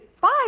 five